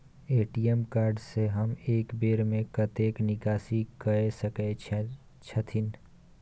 ATM card से हम एक बेर में कतेक निकासी कय सके छथिन?